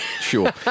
Sure